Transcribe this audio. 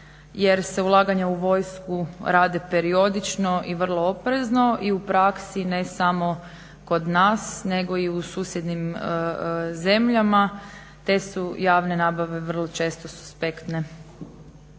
jer se ulaganja u vojsku rade periodično i vrlo oprezno i u praksi, ne samo kod nas nego i u susjednim zemljama. Te su javne nabave vrlo često suspektne.